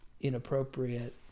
inappropriate